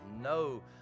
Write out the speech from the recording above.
no